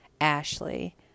Ashley